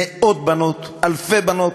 מאות בנות, אלפי בנות?